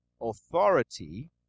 authority